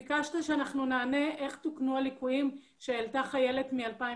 ביקשת שנענה לשאלה איך תוקנו הליקויים שהעלתה חיילת מ-2015.